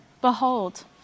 Behold